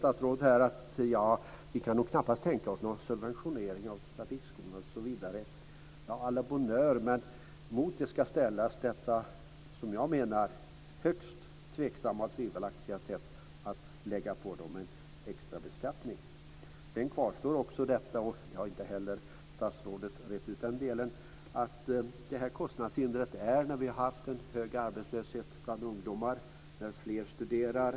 Statsrådet säger att man knappast kan tänka sig någon subventionering av trafikskolorna. À la bonne heure, mot det ska ställas det som jag menar högst tveksamma och tvivelaktiga sättet att lägga på dem en extra beskattning. Sedan kvarstår också kostnadshindret, statsrådet har inte heller rett ut den delen. Vi har haft en hög arbetslöshet bland ungdomar och fler studerar.